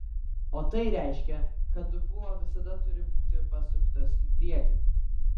o tai reiškia kad dubuo visada turi būti pasuktas į priekį